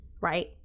right